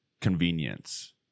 convenience